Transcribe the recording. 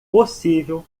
possível